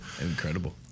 Incredible